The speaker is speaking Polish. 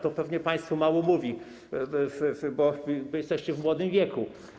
To pewnie państwu mało mówi, bo jesteście w młodym wieku.